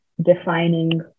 defining